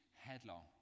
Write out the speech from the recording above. headlong